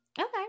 Okay